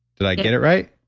did i get it right?